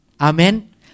Amen